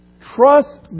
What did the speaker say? Trust